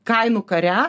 kainų kare